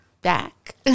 back